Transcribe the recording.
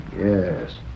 Yes